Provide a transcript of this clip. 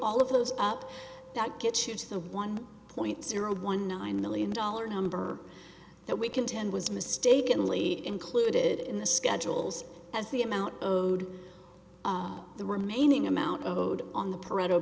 all of those up that gets you to the one point zero one nine million dollar number that we contend was mistakenly included in the schedules as the amount owed the remaining amount owed on the parental